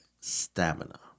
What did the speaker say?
stamina